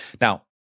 Now